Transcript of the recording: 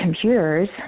computers